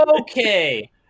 Okay